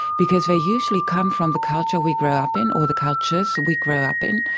because they usually come from the culture we grow up in or the cultures we grow up in.